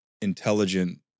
intelligent